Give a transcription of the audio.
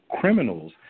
criminals